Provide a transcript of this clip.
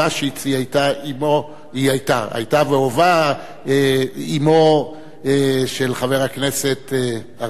היא היתה והווה אמו של חבר הכנסת אריה אלדד,